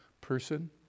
person